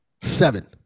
Seven